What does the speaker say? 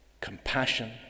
compassion